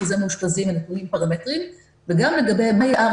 אחוזי מאושפזים ונתונים פרמטריים וגם לגבי מי ה-R